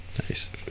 Nice